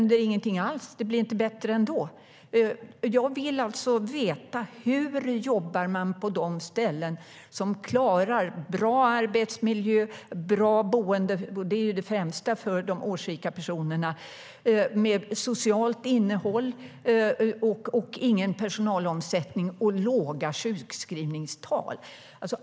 Det kanske inte blir bättre ändå. Jag vill veta hur de ställen jobbar som klarar av att ha bra arbetsmiljö, bra boende - det är det främsta för de årsrika personerna - med socialt innehåll, ingen personalomsättning och låga sjukskrivningstal.